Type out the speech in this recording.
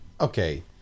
okay